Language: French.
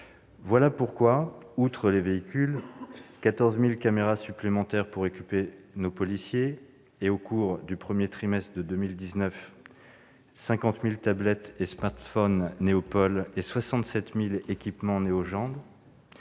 Voilà pourquoi, outre les véhicules, il y aura 14 000 caméras supplémentaires pour équiper nos policiers. Et, au cours du premier trimestre de 2019, ce sont 50 000 tablettes et smartphones Néopol et 67 000 équipements Néogend,